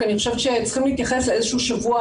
כי אני חושבת שצריכים להתייחס לאיזשהו שבוע,